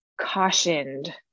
cautioned